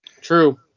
True